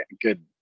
good